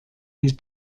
his